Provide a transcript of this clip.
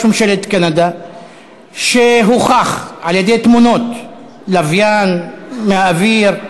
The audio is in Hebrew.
ממשלת קנדה שהוכח על-ידי תמונות לוויין מהאוויר,